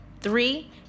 Three